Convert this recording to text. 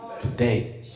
today